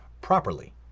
properly